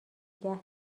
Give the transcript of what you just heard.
داره